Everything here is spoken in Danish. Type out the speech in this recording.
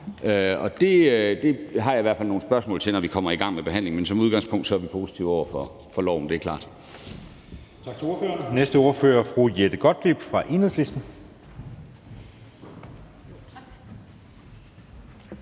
Det har jeg i hvert fald nogle spørgsmål til, når vi kommer i gang med behandlingen, men som udgangspunkt er vi positive over for lovforslaget. Det er klart.